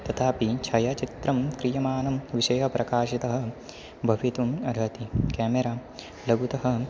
तथापि छायाचित्रं क्रियमानं विषयप्रकाशितः भवितुम् अर्हति केमेरा लघुतः